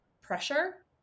pressure